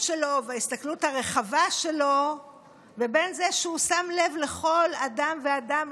שלו וההסתכלות הרחבה שלו לבין זה שהוא שם לב לכל אדם ואדם,